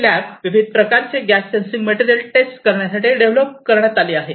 हि लॅब विविध प्रकारचे गॅस सेन्सिंग मटेरियल टेस्ट करण्यासाठी डेव्हलप करण्यात आली आहे